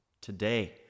today